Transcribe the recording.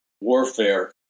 warfare